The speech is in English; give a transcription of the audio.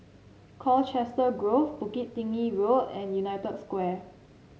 Colchester Grove Bukit Tinggi Road and United Square